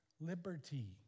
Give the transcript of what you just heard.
liberty